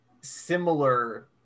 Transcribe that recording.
similar